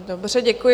Dobře, děkuji.